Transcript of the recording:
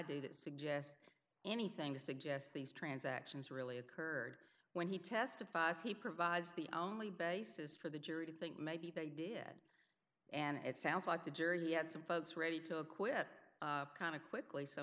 do that suggests anything to suggest these transactions really occurred when he testifies he provides the only basis for the jury to think maybe they did and it sounds like the jury had some folks ready to acquit kind of quickly so